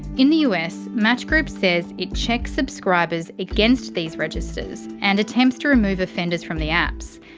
in the us, match group says it checks subscribers against these registers and attempts to remove offenders from the apps.